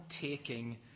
taking